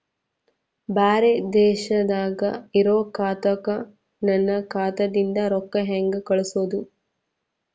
ಬ್ಯಾರೆ ದೇಶದಾಗ ಇರೋ ಖಾತಾಕ್ಕ ನನ್ನ ಖಾತಾದಿಂದ ರೊಕ್ಕ ಹೆಂಗ್ ಕಳಸೋದು?